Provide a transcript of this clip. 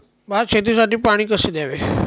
भात शेतीसाठी पाणी कसे द्यावे?